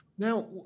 Now